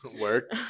Work